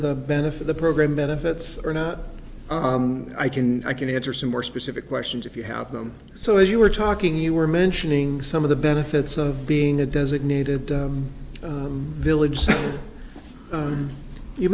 the benefit of the program benefits or not i can i can answer some more specific questions if you have them so as you were talking you were mentioning some of the benefits of being a designated village